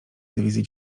dywizji